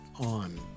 on